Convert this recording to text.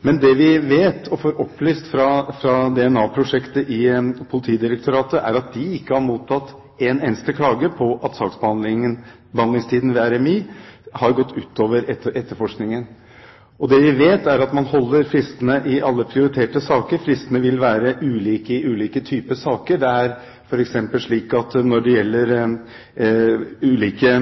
Men det vi vet, og som vi får opplyst fra DNA-prosjektet i Politidirektoratet, er at de ikke har mottatt én eneste klage på at saksbehandlingstiden ved RMI har gått ut over etterforskningen. Det vi vet, er at man holder fristene i alle prioriterte saker – fristene vil være ulike i ulike typer saker. Når det f.eks. gjelder ulike